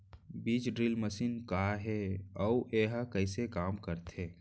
बीज drill machine का हे अऊ एहा कइसे काम करथे?